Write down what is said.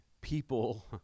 people